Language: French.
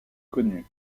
connu